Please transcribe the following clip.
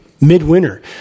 midwinter